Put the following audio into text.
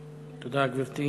תודה, גברתי.